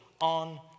on